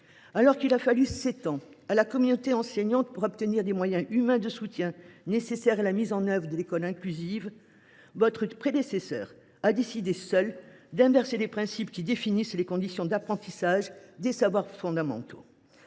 Alors qu’il a fallu sept ans à la communauté enseignante pour obtenir des moyens humains de soutien nécessaires à la mise en œuvre de l’école inclusive, votre prédécesseure a décidé seule d’inverser les principes qui définissent les conditions d’apprentissage des savoirs fondamentaux.